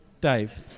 Dave